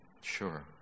Sure